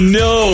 no